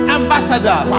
ambassador